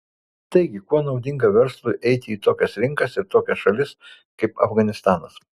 taigi kuo naudinga verslui eiti į tokias rinkas ir tokias šalis kaip afganistanas